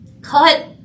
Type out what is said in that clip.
Cut